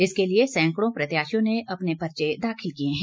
इसके लिए सैंकड़ों प्रत्याशियों ने अपने पर्चे दखिल किए हैं